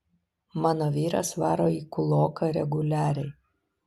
mano vyras varo į kūloką reguliariai